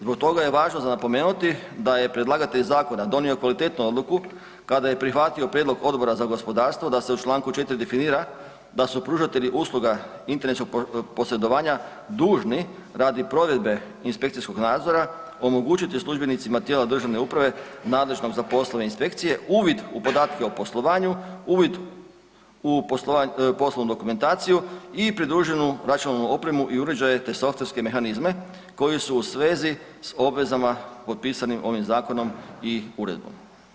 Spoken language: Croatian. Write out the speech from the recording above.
Zbog toga je važno napomenuti da je predlagatelj zakona donio kvalitetnu odluku kada je prihvatio prijedlog Odbora za gospodarstvo da se u čl. 4. definira da su pružatelji usluga internetskog posredovanja dužni radi provedbe inspekcijskog nadzora omogućiti službenicima tijela državne uprave nadležnog za poslove inspekcije uvid u podatke o poslovanju, uvid u poslovnu dokumentaciju i pridruženu računalnu opremu i uređaje te softverske mehanizme koji su u svezi s obvezama potpisanim ovim zakonom i uredbom.